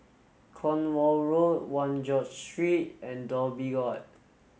Cornwall Road One George Street and Dhoby Ghaut